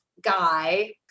guy